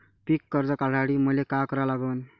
पिक कर्ज काढासाठी मले का करा लागन?